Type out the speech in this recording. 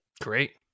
Great